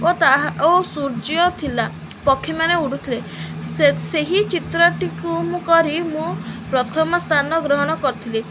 ଓ ତାହା ଓ ସୂର୍ଯ୍ୟ ଥିଲା ପକ୍ଷୀମାନେ ଉଡ଼ୁଥିଲେ ସେ ସେହି ଚିତ୍ରଟିକୁ ମୁଁ କରି ମୁଁ ପ୍ରଥମ ସ୍ଥାନ ଗ୍ରହଣ କରିଥିଲି